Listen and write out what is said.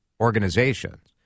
organizations